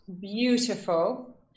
beautiful